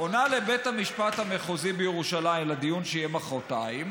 עונה לבית המשפט המחוזי בירושלים בדיון שיהיה מוחרתיים,